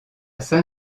saint